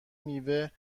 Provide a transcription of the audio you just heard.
میوه